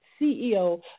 CEO